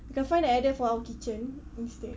we can find that idea for our kitchen instead